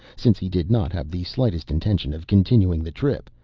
since he did not have the slightest intention of continuing the trip,